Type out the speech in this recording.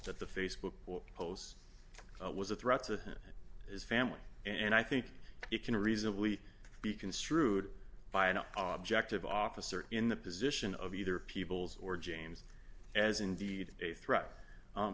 that the facebook post was a threat to his family and i think it can reasonably be construed by an object of officer in the position of either people's or james as indeed a threat